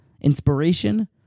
inspiration